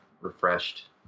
refreshed